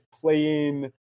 playing